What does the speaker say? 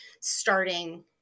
starting